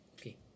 Okay